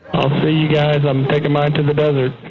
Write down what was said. i'll see you guys i'm taking mine to the desert.